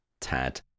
Tad